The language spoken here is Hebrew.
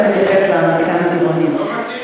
תכף נתייחס למתקן הטירונים.